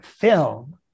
film